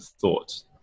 thought